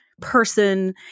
person